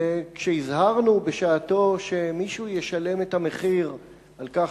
כשהזהרנו בשעתו שמישהו ישלם את המחיר על כך